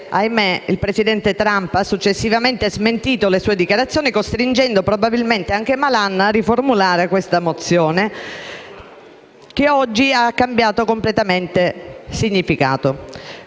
il presidente Trump ha successivamente smentito le sue dichiarazioni, costringendo probabilmente il senatore Malan a riformulare questa mozione, che oggi ha cambiato completamente significato.